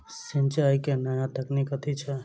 सिंचाई केँ नया तकनीक कथी छै?